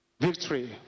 victory